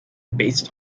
based